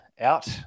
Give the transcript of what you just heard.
out